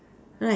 right